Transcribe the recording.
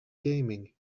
gaming